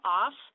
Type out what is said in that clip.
off